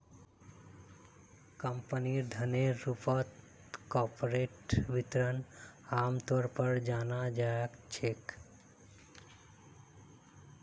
कम्पनीर धनेर रूपत कार्पोरेट वित्तक आमतौर पर जाना जा छे